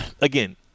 again –